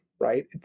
right